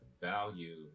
value